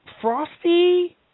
frosty